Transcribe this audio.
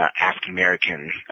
African-American